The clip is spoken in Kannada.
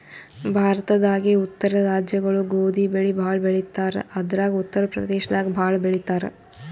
ಭಾರತದಾಗೇ ಉತ್ತರ ರಾಜ್ಯಗೊಳು ಗೋಧಿ ಬೆಳಿ ಭಾಳ್ ಬೆಳಿತಾರ್ ಅದ್ರಾಗ ಉತ್ತರ್ ಪ್ರದೇಶದಾಗ್ ಭಾಳ್ ಬೆಳಿತಾರ್